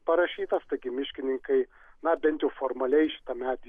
parašytas taigi miškininkai na bent jau formaliai šitą medį